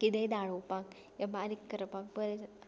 कितेंय दाळोवपाक वा बारीक करपाक बरें जाता